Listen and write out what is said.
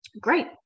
great